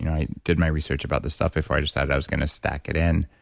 i did my research about this stuff before i decided i was going to stack it in,